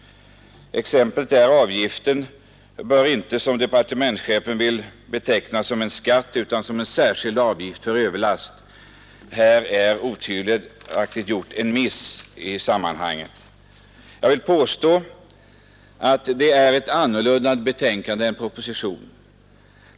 Kommunikationsministern ville sålunda beteckna denna avgift som en skatt i stället för en särskild avgift för överlast. Här har man otvivelaktigt gjort en miss. Jag vill alltså påstå att utskottsbetänkandet är annorlunda än propositionen, här och i flera avseenden.